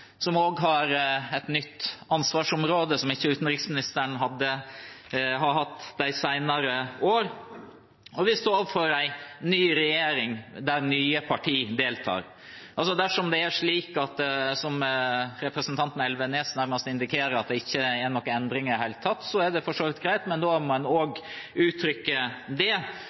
og som har et nytt ansvarsområde som utenriksministeren ikke har hatt de senere år. Vi står overfor en ny regjering der nye partier deltar. Dersom det er slik som representanten Elvenes nærmest indikerer, at det ikke er noen endringer i det hele tatt, er det for så vidt greit, men da må man også uttrykke det.